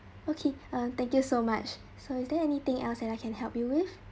okay ah thank you so much so is there anything else that I can help you with